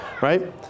right